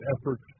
efforts